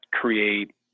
create